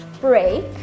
break